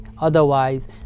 Otherwise